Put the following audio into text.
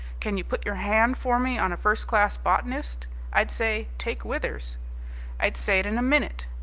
can you put your hand for me on a first-class botanist i'd say, take withers i'd say it in a minute.